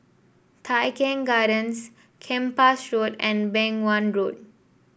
Tai Keng Gardens Kempas Road and Beng Wan Road